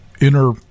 inner